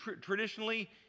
Traditionally